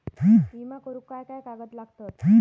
विमा करुक काय काय कागद लागतत?